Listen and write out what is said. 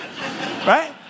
right